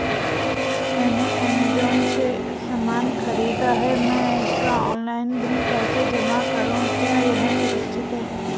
मैंने ऐमज़ान से सामान खरीदा है मैं इसका ऑनलाइन बिल कैसे जमा करूँ क्या यह सुरक्षित है?